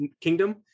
Kingdom